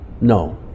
No